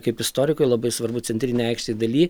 kaip istorikui labai svarbu centrinėj aikštės daly